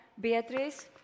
Beatrice